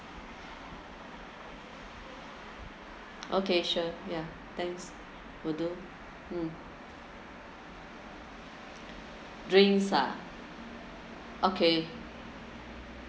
okay sure ya thanks will do mm drinks ah okay